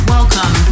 Welcome